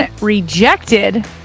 rejected